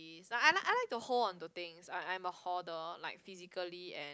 like I like I like to hold onto things I I am a holder like physically and